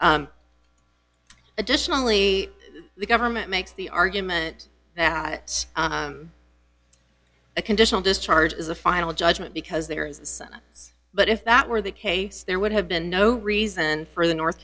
additionally the government makes the argument that a conditional discharge is a final judgment because there is but if that were the case there would have been no reason for the north